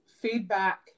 feedback